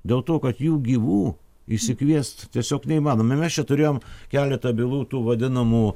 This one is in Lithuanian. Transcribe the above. dėl to kad jų gyvų išsikviest tiesiog neįmanoma mes čia turėjom keletą bylų tų vadinamų